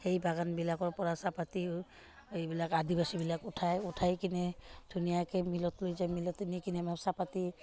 সেই বাগানবিলাকৰপৰা চাহপাতেই এইবিলাক আদিবাসীবিলাক উঠায় উঠাই কিনে ধুনীয়াকৈ মিলত লৈ যায় মিলত নিকিনে আমাৰ চাহপাত